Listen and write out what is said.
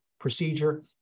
Procedure